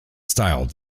styled